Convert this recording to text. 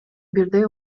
бирден